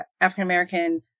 African-American